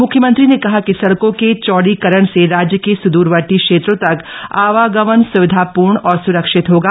मुख्यमंत्री ने कहा कि सड़कों के चौड़ीकरण से राज्य के सुद्रवर्ती क्षेत्रों तक आवागमन सुविधापूर्ण और सुरक्षित होगा